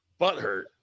butthurt